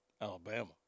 Alabama